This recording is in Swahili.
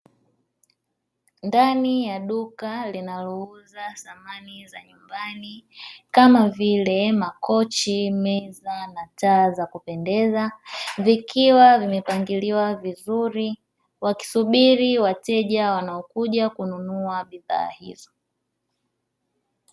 Ndani ya duka linalouza samani za nyumbani kama vile makochi, meza na taa za kupendeza, vikiwa vimepangiliwa vizuri wakisubiri wateja wanaokuja kununua bidhaa hizi.